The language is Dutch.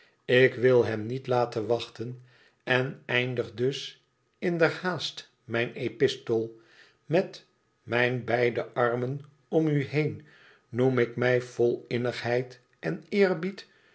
ik wil hem niet laten wachten en eindig dus in der haast mijn epistel met mijn beide armen om u heen noem ik mij vol innigheid en eerbied